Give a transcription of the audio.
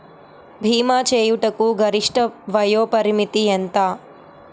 భీమా చేయుటకు గరిష్ట వయోపరిమితి ఎంత?